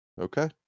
Okay